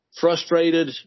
frustrated